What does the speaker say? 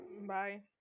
bye